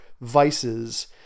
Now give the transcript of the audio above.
vices